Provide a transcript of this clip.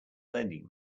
lending